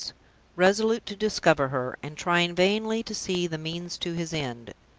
resolute to discover her, and trying vainly to see the means to his end,